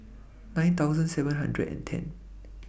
nine seven hundred and ten